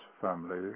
family